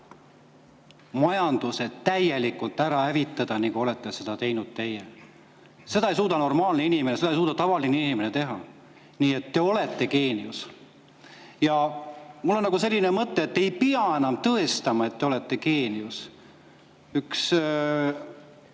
majanduse täielikult ära hävitada, nii nagu olete seda teinud teie. Seda ei suuda normaalne inimene, seda ei suuda tavaline inimene teha. Nii et te olete geenius. Ja mul on selline mõte, et te ei pea enam tõestama, et te olete geenius. Üks